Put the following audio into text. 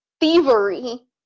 thievery